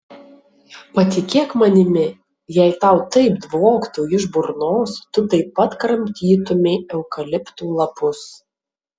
patikėk manimi jei tau taip dvoktų iš burnos tu taip pat kramtytumei eukaliptų lapus